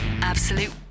Absolute